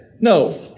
No